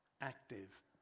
active